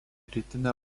rytinę